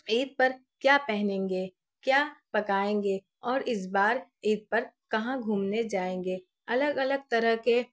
عید پر کیا پہنیں گے کیا پکائیں گے اور اس بار عید پر کہاں گھومنے جائیں گے الگ الگ طرح کے